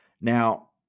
Now